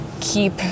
keep